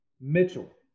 Mitchell